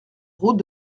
route